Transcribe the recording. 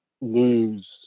lose